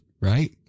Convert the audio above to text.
Right